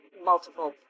Multiple